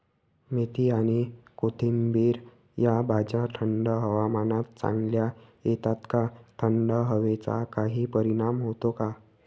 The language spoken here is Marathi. मेथी आणि कोथिंबिर या भाज्या थंड हवामानात चांगल्या येतात का? थंड हवेचा काही परिणाम होतो का?